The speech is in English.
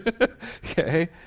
okay